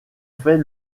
fait